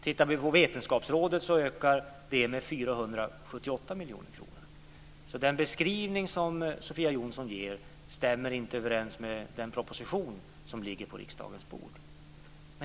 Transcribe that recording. Tittar vi på Vetenskapsrådet ökar medlen med 478 miljoner kronor. Den beskrivning som Sofia Johnsson ger stämmer inte överens med den proposition som ligger på riksdagens bord.